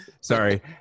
sorry